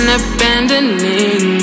abandoning